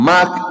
Mark